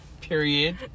Period